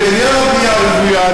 בעניין הבניין הרוויה,